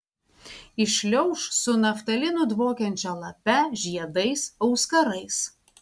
įšliauš su naftalinu dvokiančia lape žiedais auskarais